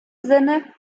sinne